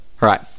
Right